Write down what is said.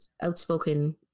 outspoken